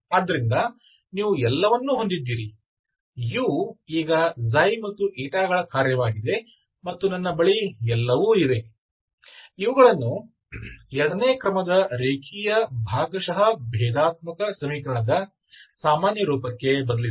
ಆದ್ದರಿಂದ ನೀವು ಎಲ್ಲವನ್ನೂ ಹೊಂದಿದ್ದೀರಿ u ಈಗ ಮತ್ತು ಗಳ ಕಾರ್ಯವಾಗಿದೆ ಮತ್ತು ನನ್ನ ಬಳಿ ಎಲ್ಲವೂ ಇವೆ ಇವುಗಳನ್ನು ಎರಡನೇ ಕ್ರಮದ ರೇಖೀಯ ಭಾಗಶಃ ಭೇದಾತ್ಮಕ ಸಮೀಕರಣದ ಸಾಮಾನ್ಯ ರೂಪಕ್ಕೆ ಬದಲಿಸಿ